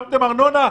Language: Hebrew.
מס שילוט וארנונה,